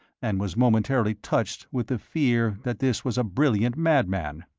and was momentarily touched with the fear that this was a brilliant madman.